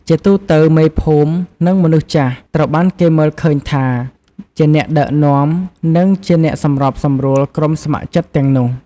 ជាទូទៅ មេភូមិ និងមនុស្សចាស់ ត្រូវបានគេមើលឃើញថាជាអ្នកដឹកនាំ និង ជាអ្នកសម្របសម្រួលក្រុមស្ម័គ្រចិត្ត ទាំងនេះ។